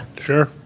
Sure